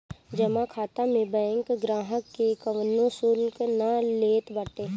जमा खाता में बैंक ग्राहकन से कवनो शुल्क ना लेत बाटे